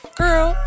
girl